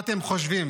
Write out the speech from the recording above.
מה אתם חושבים,